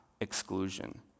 exclusion